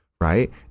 right